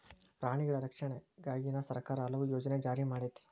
ಪ್ರಾಣಿಗಳ ರಕ್ಷಣೆಗಾಗಿನ ಸರ್ಕಾರಾ ಹಲವು ಯೋಜನೆ ಜಾರಿ ಮಾಡೆತಿ